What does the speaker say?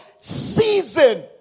Season